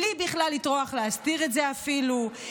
בלי בכלל לטרוח להסתיר את זה אפילו.